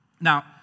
Now